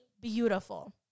beautiful